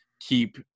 keep